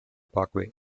parkway